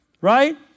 Right